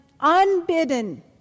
unbidden